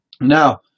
Now